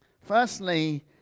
Firstly